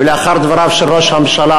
ולאחר דבריו של ראש הממשלה,